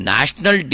National